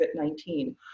COVID-19